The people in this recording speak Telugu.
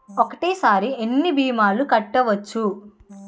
ఒక్కటేసరి ఎన్ని భీమాలు కట్టవచ్చు?